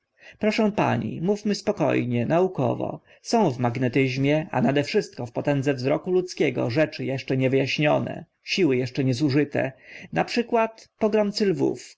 proszę pani mówmy spoko nie naukowo są w magnetyzmie a nade wszystko w potędze wzroku ludzkiego rzeczy eszcze nie wy aśnione siły eszcze nie zużyte na przykład pogromcy lwów